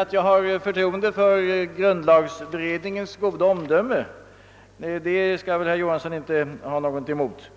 Att jag har förtroende för grundlagberedningens goda omdöme skall väl herr Johansson inte ha något emot.